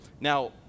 Now